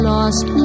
Lost